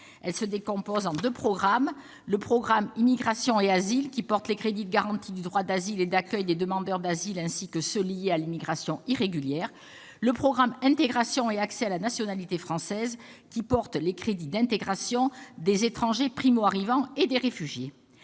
Elle se décompose en deux programmes : le programme 303, « Immigration et asile », qui porte les crédits de garantie du droit d'asile et d'accueil des demandeurs d'asile ainsi que ceux qui sont liés à l'immigration irrégulière ; le programme 4, « Intégration et accès à la nationalité française », qui porte les crédits d'intégration des étrangers primo-arrivants et des réfugiés.